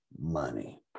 money